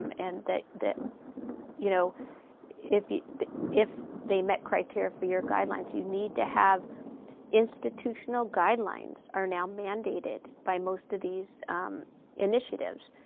um and that that you know if if they met criteria for your guidelines you need to have institutional guidelines, are now mandated by most of these initiatives.